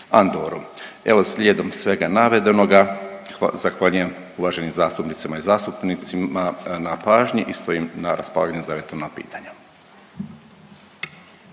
Evo, slijedom svega navedenoga zahvaljujem uvaženim zastupnicima i zastupnicima na pažnji i stojim na raspolaganju za eventualna pitanja.